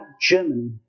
Germany